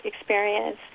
experience